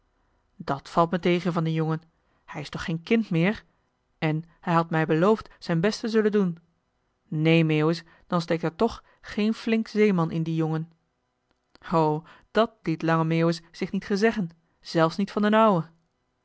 dat valt me tegen van den jongen hij is toch geen kind meer en hij had mij beloofd zijn best te zullen doen neen meeuwis dan steekt er toch geen flink zeeman in dien jongen joh h been paddeltje de scheepsjongen van michiel de ruijter ho dàt liet lange meeuwis zich niet gezeggen zelfs niet van d'n ouwe